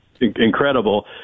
incredible